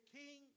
king